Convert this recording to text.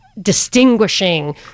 distinguishing